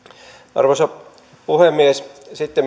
arvoisa puhemies sitten